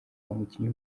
umukinnyi